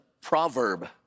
proverb